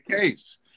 case